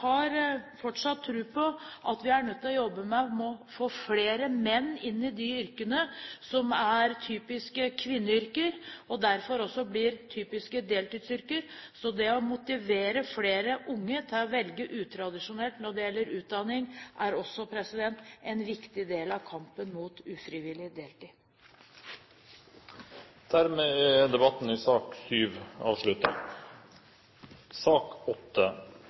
har fortsatt tro på at vi er nødt til å jobbe med å få flere menn inn i de yrkene som er typiske kvinneyrker, og derfor også blir typiske deltidsyrker. Det å motivere flere unge til å velge utradisjonelt når det gjelder utdanning, er også en viktig del av kampen mot ufrivillig deltid. Dermed er debatten i sak